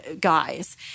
guys